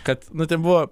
kad nu ten buvo